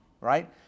right